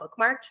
bookmarked